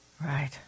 Right